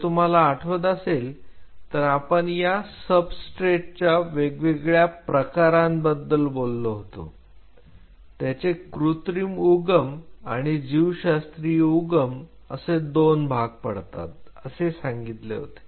जर तुम्हाला आठवत असेल तर आपण या सबस्ट्रेटच्या वेगवेगळ्या प्रकारांबद्दल बोललो होतो त्याचे कृत्रिम उगम आणि जीवशास्त्रीय उगम असे दोन भाग पडतात असे सांगितले होते